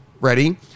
ready